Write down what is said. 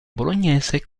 bolognese